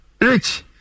Rich